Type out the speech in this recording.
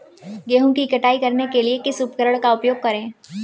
गेहूँ की कटाई करने के लिए किस उपकरण का उपयोग करें?